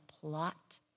plot